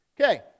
Okay